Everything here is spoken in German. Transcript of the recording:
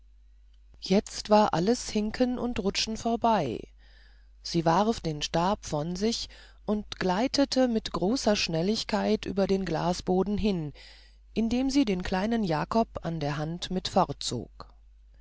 jetzt war alles hinken und rutschen vorbei sie warf den stab von sich und gleitete mit großer schnelligkeit über den glasboden hin indem sie den kleinen jakob an der hand mit fortzog